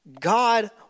God